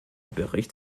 bericht